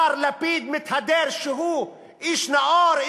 מר לפיד מתהדר שהוא איש נאור,